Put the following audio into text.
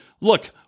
look